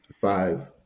five